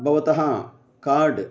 भवतः कार्ड्